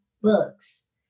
books